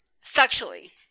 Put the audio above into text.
sexually